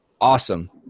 awesome